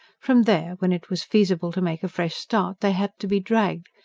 from there, when it was feasible to make a fresh start, they had to be dragged,